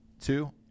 Two